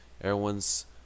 everyone's